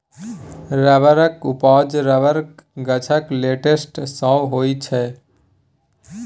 रबरक उपजा रबरक गाछक लेटेक्स सँ होइ छै